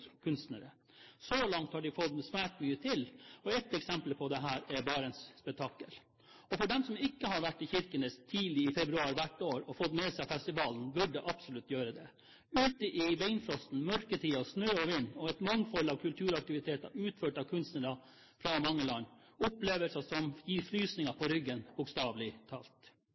kunstnere. Så langt har de fått svært mye til. Et eksempel på det er Barents Spetakkel. Og de som ikke har vært i Kirkenes tidlig i februar og fått med seg festivalen, som er hvert år, burde absolutt gjøre det – ute i beinfrosten, i mørketida, med snø og vind og et mangfold av kulturaktiviteter ved kunstnere fra mange land. Dette er opplevelser som gir frysninger på ryggen, bokstavelig talt.